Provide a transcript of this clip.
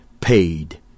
Paid